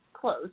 Close